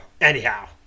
Anyhow